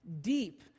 deep